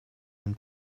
den